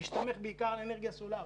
שמסתמך בעיקר על אנרגיה סולארית,